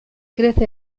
crece